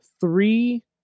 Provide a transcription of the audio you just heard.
three